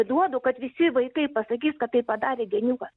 duodu kad visi vaikai pasakys kad tai padarė geniukas